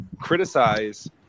criticize